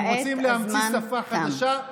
אתם רוצים להמציא שפה חדשה?